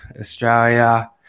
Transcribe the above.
Australia